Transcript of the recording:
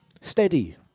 steady